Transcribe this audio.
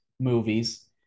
Movies